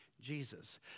Jesus